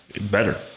better